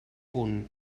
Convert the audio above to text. punt